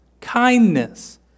kindness